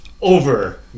Over